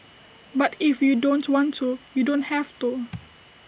but if you don't want to you don't have to